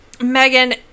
Megan